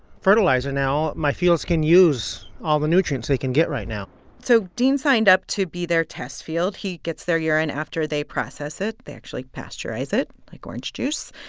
fertilizer now, my fields can use all the nutrients they can get right now so dean signed up to be their test field. he gets their urine after they process it. they actually pasteurize it, like orange juice.